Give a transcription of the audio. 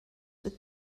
with